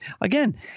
Again